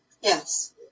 Yes